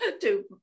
two